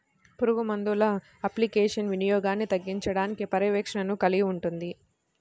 పురుగుమందుల అప్లికేషన్ల వినియోగాన్ని తగ్గించడానికి పర్యవేక్షణను కలిగి ఉంటుంది